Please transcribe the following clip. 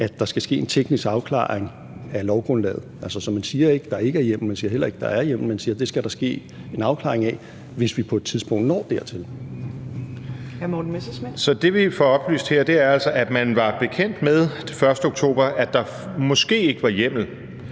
at der skal ske en teknisk afklaring af lovgrundlaget. Så man siger ikke, at der ikke er hjemmel, man siger heller ikke, at der er hjemmel, man siger, at det skal der ske en afklaring af, hvis vi på et tidspunkt når dertil. Kl. 15:12 Fjerde næstformand (Trine Torp): Hr. Morten Messerschmidt.